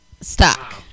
Stock